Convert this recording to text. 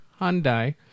Hyundai